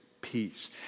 peace